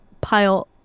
pile